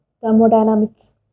thermodynamics